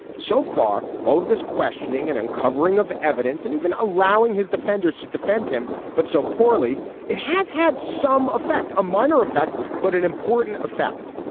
so far all of this questioning and uncovering of evidence and even allowing his defenders to defend him but so poorly it has had some effect a minor effect. but an important effect